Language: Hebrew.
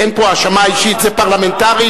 אין פה האשמה אישית, זה פרלמנטרי.